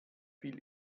viel